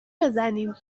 بزنیم